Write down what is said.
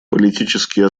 политические